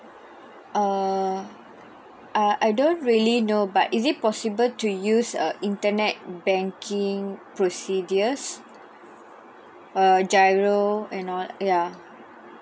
err uh I don't really know but is it possible to use uh internet banking procedures uh GIRO and all ya